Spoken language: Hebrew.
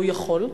הוא יכול.